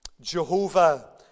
Jehovah